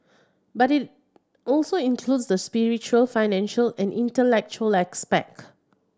but it also includes the spiritual financial and intellectual